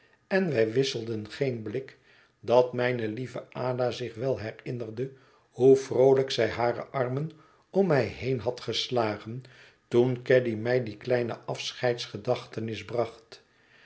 en wij wisselden geen blik dat mijne lieve ada zich wel herinnerde hoe vroolijk zij hare armen om mij heen had geslagen toen caddy mij die kleine afscheidsgedachtenis bracht